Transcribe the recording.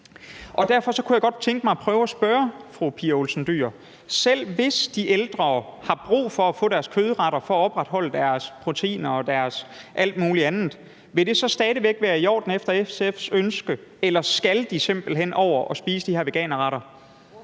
Derfor kunne jeg godt tænke mig at prøve at spørge fru Pia Olsen Dyhr, om kødretterne, når de ældre har brug for at få dem for at opretholde deres proteiner og deres alt muligt andet, så stadig væk vil være i orden og efter SF's ønske, eller om de ældre simpelt hen skal over at spise de her veganerretter.